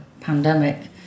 pandemic